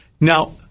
Now